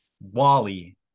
Wally